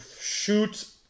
shoot